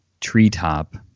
treetop